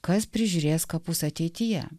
kas prižiūrės kapus ateityje